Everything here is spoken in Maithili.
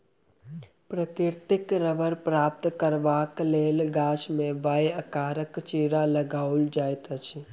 प्राकृतिक रबड़ प्राप्त करबाक लेल गाछ मे वाए आकारक चिड़ा लगाओल जाइत अछि